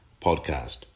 podcast